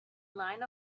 line